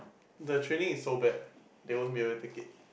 the training is so bad they won't be able to take it